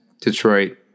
Detroit